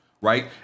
right